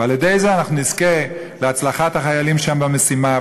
ועל-ידי זה אנחנו נזכה להצלחת החיילים שם במשימה,